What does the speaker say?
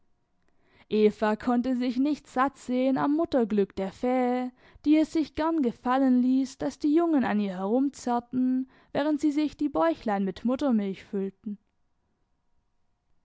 eva konnte sich nicht sattsehen am mutterglück der fähe die es sich gern gefallen ließ daß die jungen an ihr herumzerrten während sie sich die bäuchlein mit muttermilch füllten